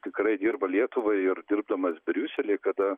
tikrai dirba lietuvai ir dirbdamas briusely kada